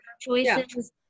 choices